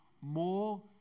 more